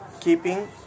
keeping